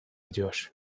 ediyor